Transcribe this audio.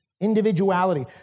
individuality